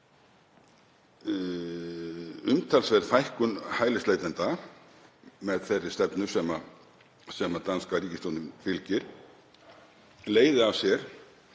umtalsverð fækkun hælisleitenda, með þeirri stefnu sem danska ríkisstjórnin fylgir, leiði af sér